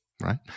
right